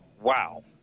wow